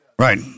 Right